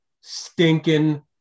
stinking